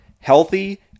healthy